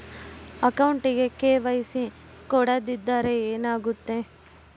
ಅಕೌಂಟಗೆ ಕೆ.ವೈ.ಸಿ ಕೊಡದಿದ್ದರೆ ಏನಾಗುತ್ತೆ?